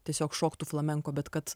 tiesiog šoktų flamenko bet kad